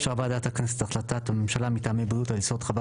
אישרה ועדת הכנסת החלטת הממשלה מטעמי הבריאות על יסוד חוות